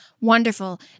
Wonderful